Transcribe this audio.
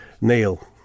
Neil